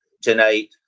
tonight